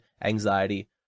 anxiety